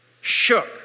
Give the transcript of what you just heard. shook